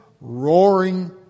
roaring